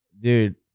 Dude